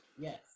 Yes